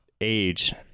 age